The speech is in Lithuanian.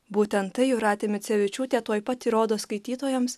būtent tai jūratė micevičiūtė tuoj pat įrodo skaitytojams